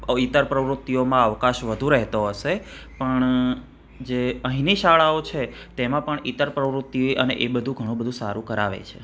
ઈત્તર પ્રવૃતિઓમાં અવકાશ વધુ રહેતો હશે પણ જે અહીંની શાળાઓ છે તેમાં પણ ઈત્તર પ્રવૃત્તિઓને અને એ બધું ઘણું બધું સારું કરાવે છે